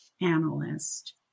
analyst